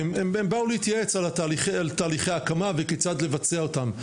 הם באו להתייעץ על תהליכי הקמה ואיך לייעל אותם,